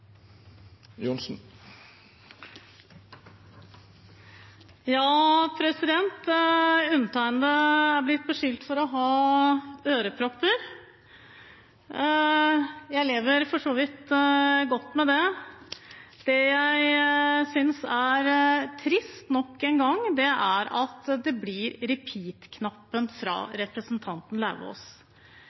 er blitt beskyldt for å ha ørepropper. Jeg lever for så vidt godt med det. Det jeg synes er trist, nok en gang, er at det blir repeat-knappen fra representanten Lauvås.